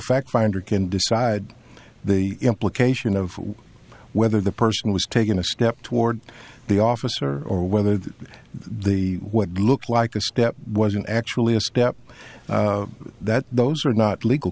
fact finder can decide the implication of whether the person was taking a step toward the officer or whether the would look like this wasn't actually a step that those were not legal